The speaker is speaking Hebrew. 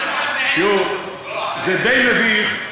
זה די מביך.